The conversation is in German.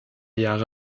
jahre